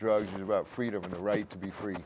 drugs and about freedom for the right to be free